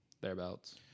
Thereabouts